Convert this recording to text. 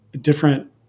different